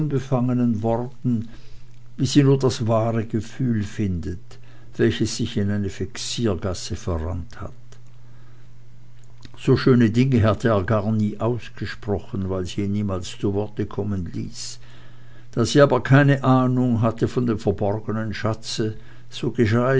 unbefangenen worten wie sie nur das wahre gefühl findet welches sich in eine vexiergasse verrannt hat so schöne dinge hatte er gar nie ausgesprochen weil sie ihn niemals zu worte kommen ließ da sie aber keine ahnung hatte von dem verborgenen schatze